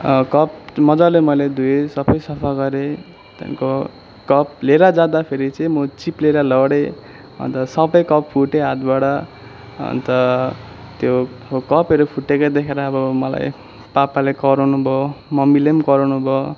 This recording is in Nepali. कप मजाले मैले धोएँ सबै सफा गरेँ त्यहाँदेखिको कप लिएर जाँदाखेरि चाहिँ म चिप्लेर लडेँ अन्त सबै कप फुट्यो हातबाट अन्त त्यो कपहरू फुटेको देखेर अब मलाई पापाले कराउनु भयो मम्मीले पनि कराउनु भयो